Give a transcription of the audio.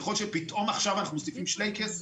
ככל שפתאום עכשיו אנחנו מוסיפים שלייקעס,